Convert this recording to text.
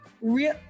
real